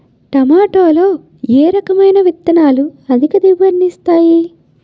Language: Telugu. టమాటాలో ఏ రకమైన విత్తనాలు అధిక దిగుబడిని ఇస్తాయి